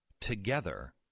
together